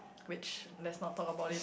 which let's not talk about it